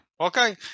Okay